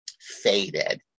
faded